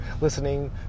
listening